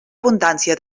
abundància